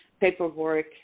paperwork